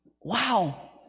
Wow